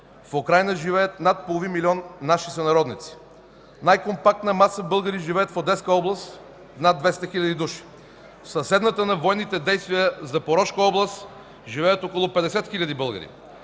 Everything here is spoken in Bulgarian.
в Украйна живеят над половин милион наши сънародници. Най-компактна маса българи живеят в Одеска област – над 200 хил. души. В съседната на военните действия Запорожка област живеят около 50 хил. българи.